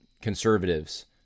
conservatives